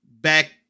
back